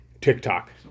tiktok